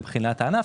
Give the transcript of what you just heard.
בחינת הענף,